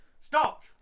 stop